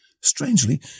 Strangely